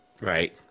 right